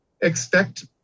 Expect